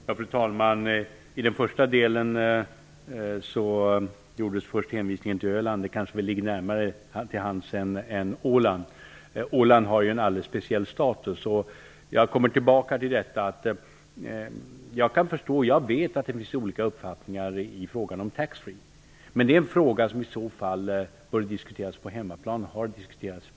Fru talman! Först gjordes en hänvisning till Öland. Det kanske ligger närmare till hands än Åland. Åland har ju en alldeles speciell status. Jag vet att det finns olika uppfattningar i fråga om taxfreeförsäljningen. Men det är en fråga som bör diskuteras på hemmaplan; det har den också gjorts.